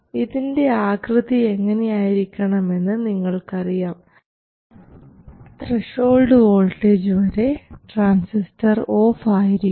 ഇതിൻറെ ആകൃതി എങ്ങനെയായിരിക്കണമെന്ന് നിങ്ങൾക്ക് അറിയാം ത്രഷോൾഡ് വോൾട്ടേജ് വരെ ട്രാൻസിസ്റ്റർ ഓഫ് ആയിരിക്കും